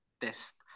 test